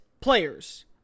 players